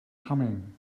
coming